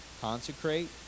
consecrate